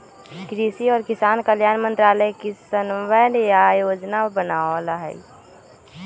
कृषि और किसान कल्याण मंत्रालय किसनवन ला योजनाएं बनावा हई